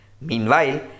Meanwhile